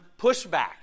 pushback